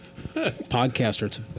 Podcaster